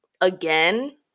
again